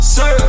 Sir